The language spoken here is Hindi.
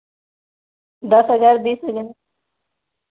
दस हज़ार बीस हज़ार